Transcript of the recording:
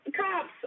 cops